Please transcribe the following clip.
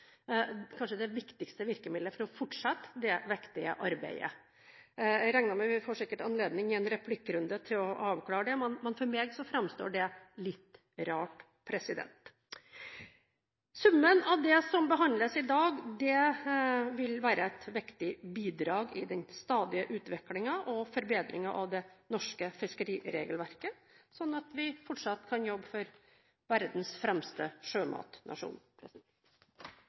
kanskje det viktigste virkemidlet vi har for å fortsette dette viktige arbeidet. Jeg regner med at vi får anledning til å avklare det i en replikkrunde, men for meg framstår dette litt rart. Summen av det som behandles i dag, vil være et viktig bidrag i den stadige utviklingen og forbedringen av det norske fiskeriregelverket, slik at vi fortsatt kan jobbe for verdens fremste sjømatnasjon.